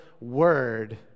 word